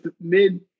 mid